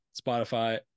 Spotify